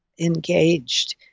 engaged